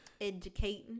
Educating